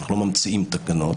אנחנו לא ממצאים תקנות